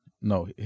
no